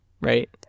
right